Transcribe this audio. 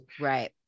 right